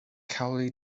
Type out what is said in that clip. cowley